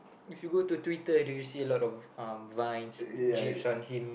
if you go to Twitter do you see a lot of um vines gifs on him